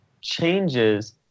changes